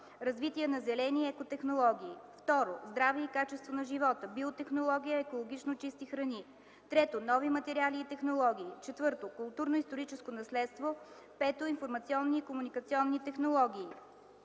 развитие на зелени и екотехнологии. 2. Здраве и качество на живота, биотехнология, екологично чисти храни. 3. Нови материали и технологии. 4. Културно-историческо наследство. 5. Информационни и комуникационни технологии.